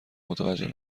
متوجه